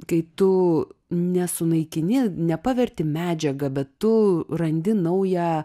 kai tu nesunaikini nepaverti medžiaga bet tu randi naują